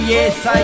Yes